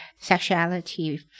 sexuality